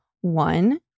one